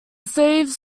sleeves